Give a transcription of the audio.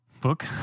book